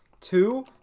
Two